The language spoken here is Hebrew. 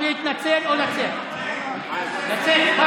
לצאת.